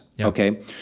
Okay